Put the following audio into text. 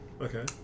Okay